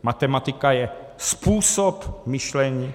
Matematika je způsob myšlení.